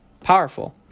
powerful